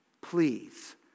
please